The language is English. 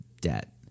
debt